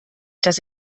dass